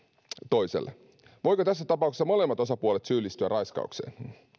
toiselle voivatko tässä tapauksessa molemmat osapuolet syyllistyä raiskaukseen